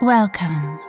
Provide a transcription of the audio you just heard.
Welcome